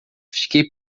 fiquei